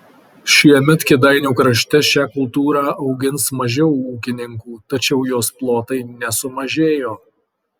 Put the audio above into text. šiemet kėdainių krašte šią kultūrą augins mažiau ūkininkų tačiau jos plotai nesumažėjo